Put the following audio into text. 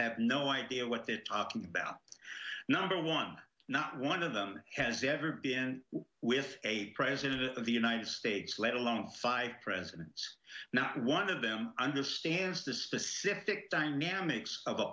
have no idea what they're talking about number one not one of them has ever been with a president of the united states let alone five presidents not one of them understands the specific dynamics of a